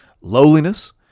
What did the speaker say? lowliness